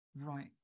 right